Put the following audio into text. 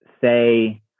say